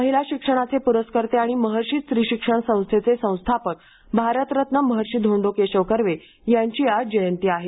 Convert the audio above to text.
महिला शिक्षणाचे प्रस्कर्ते आणि महर्षी स्त्री शिक्षण संस्थेचे संस्थापक भारतरत्न महर्षी धोंडो केशव कर्वे यांची आज जयंती आहे